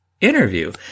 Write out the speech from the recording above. interview